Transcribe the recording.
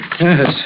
Yes